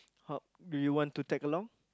how do you want to tag along